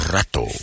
Rato